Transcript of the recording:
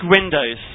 windows